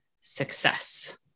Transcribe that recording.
success